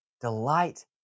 Delight